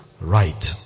right